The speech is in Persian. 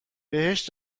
بهش